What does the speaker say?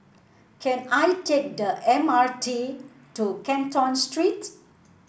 can I take the M R T to Canton Street